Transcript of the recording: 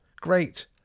great